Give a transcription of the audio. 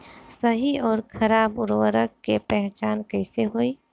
सही अउर खराब उर्बरक के पहचान कैसे होई?